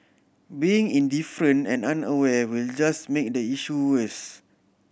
being indifferent and unaware will just make the issue worse